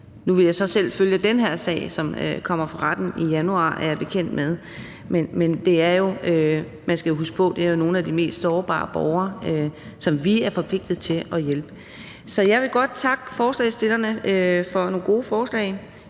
Nu vil jeg så selv følge den her sag, som kommer for retten i januar, er jeg bekendt med, men man skal jo huske på, at det er nogle af de mest sårbare borgere, som vi er forpligtet til at hjælpe. Kl. 12:54 Jeg vil godt takke forslagsstillerne for nogle gode forslag.